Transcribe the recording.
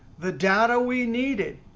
the data we needed.